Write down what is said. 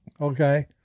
okay